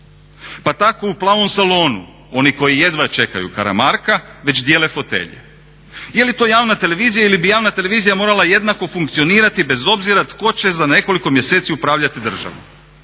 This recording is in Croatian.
Pa tako u plavnom salonu oni koji jedva čekaju Karamarka već dijele fotelje. Je li to javna televizija ili bi javna televizija morala jednako funkcionirati bez obzira tko će za nekoliko mjeseci upravljati državom?